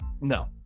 No